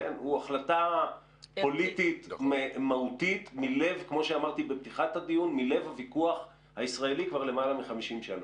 הוא החלטה פוליטית מהותית מלב הוויכוח הישראלי כבר למעלה מ-50 שנה.